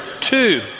two